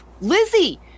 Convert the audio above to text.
Lizzie